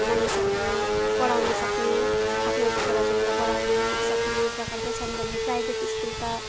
मानिसहरूले पढाउन सक्ने आफ्ना छोराछोरीलाई पढाउन सक्ने प्रकारकै छन् भने प्राइभेट स्कुलका